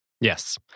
Yes